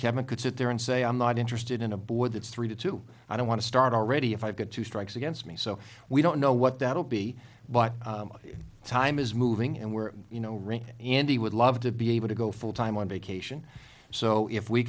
could sit there and say i'm not interested in a board that's three to two i don't want to start already if i've got two strikes against me so we don't know what that'll be but time is moving and we're you know right and he would love to be able to go full time on vacation so if we